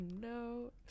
no